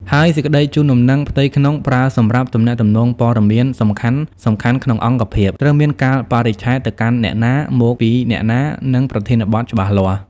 ហើយ សេចក្តីជូនដំណឹងផ្ទៃក្នុង ប្រើសម្រាប់ទំនាក់ទំនងព័ត៌មានសំខាន់ៗក្នុងអង្គភាព ត្រូវមានកាលបរិច្ឆេទ ទៅកាន់អ្នកណា មកពីអ្នកណា និងប្រធានបទច្បាស់លាស់។